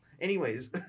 Anyways-